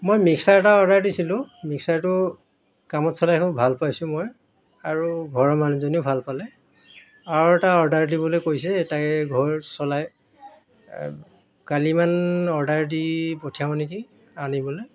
মই মিক্সাৰ এটা অৰ্ডাৰ দিছিলোঁ মিক্সাৰটো কামত চলাই খুব ভাল পাইছোঁ মই আৰু ঘৰৰ মানুহজনীও ভাল পালে আৰু এটা অৰ্ডাৰ দিবলৈ কৈছে এটাই ঘৰত চলাই কালি মানে অৰ্ডাৰ দি পঠিয়াব নেকি আনিবলৈ